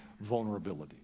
vulnerability